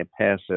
passive